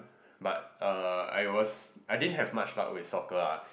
but uh I was I didn't have much luck with soccer lah